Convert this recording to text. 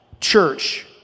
church